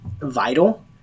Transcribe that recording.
vital